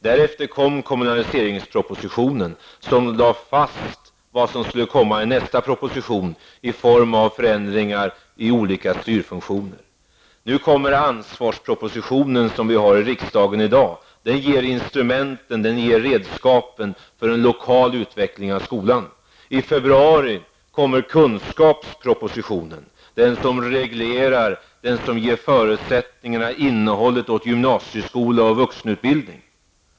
Därefter kom kommunaliseringspropositionen som lade fast vad som skulle komma i nästa proposition i form av förändringar av olika styrfunktioner. Nu kommer ansvarspropositionen som vi behandlar i riksdagen i dag. Den tillhandahåller instrument och redskap för en lokal utveckling av skolan. I februari kommer kunskapspropositionen, den som reglerar, skapar förutsättningarna och ger innehållet åt gymnasieskola och vuxenutbildning.